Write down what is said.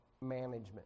management